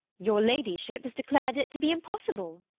your ladyship has declared it to be impossible.